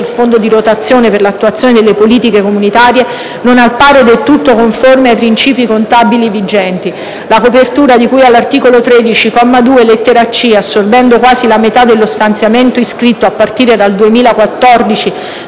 Fondo di rotazione per l'attuazione delle politiche comunitarie non appare del tutto conforme ai principi contabili vigenti; - la copertura di cui all'articolo 13, comma 2, lettera *c)*, assorbendo quasi la metà dello stanziamento iscritto, a partire dal 2014,